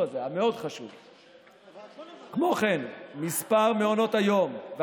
17%. 17% מע"מ.